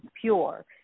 pure